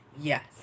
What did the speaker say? yes